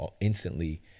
instantly